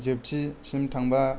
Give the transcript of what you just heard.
जोबथिसिम थांबा